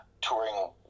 touring